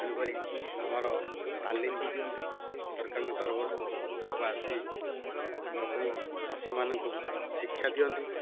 ତେଣୁକରି ଆମର ତାଲିମ୍ ବି ଦିଅନ୍ତି ସରକାରଙ୍କ ତରଫରୁ ଲୋକ ଆସି ଲୋକଙ୍କ ଚାଷୀମାନଙ୍କୁ ଶିକ୍ଷା ଦିଅନ୍ତି